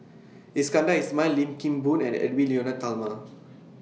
Iskandar Ismail Lim Kim Boon and Edwy Lyonet Talma